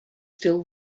still